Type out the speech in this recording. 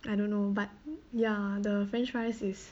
I don't know but ya the french fries is